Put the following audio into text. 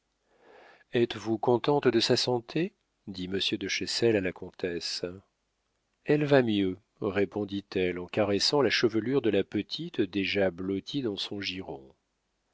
êtes-vous contente de sa santé dit monsieur de chessel à la comtesse elle va mieux répondit-elle en caressant la chevelure de la petite déjà blottie dans son giron